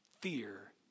fear